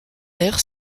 aire